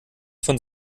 von